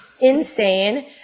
insane